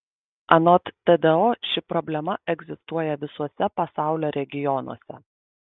anot tdo ši problema egzistuoja visuose pasaulio regionuose